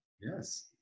yes